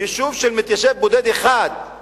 ויישוב של מתיישב אחד מותר,